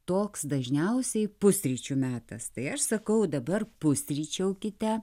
toks dažniausiai pusryčių metas tai aš sakau dabar pusryčiaukite